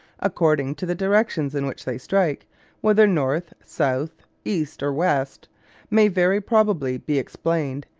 according to the directions in which they strike whether north, south, east or west may very probably be explained,